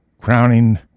crowning